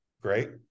great